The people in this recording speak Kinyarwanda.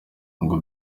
ngo